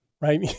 right